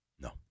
No